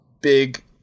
big